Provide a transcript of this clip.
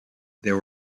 there